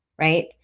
Right